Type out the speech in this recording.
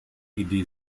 idee